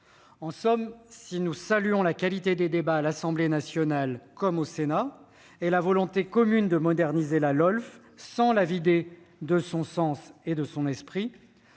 En somme, même si nous saluons la qualité des débats, à l'Assemblée nationale comme au Sénat, et la volonté commune de moderniser la LOLF sans la vider de son sens ni de son esprit,